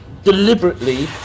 deliberately